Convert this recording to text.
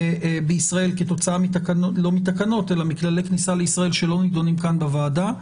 בישראל כתוצאה מכללי כניסה לישראל שלא נדונים כאן בוועדה.